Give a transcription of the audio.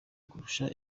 kurusha